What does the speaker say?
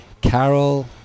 Carol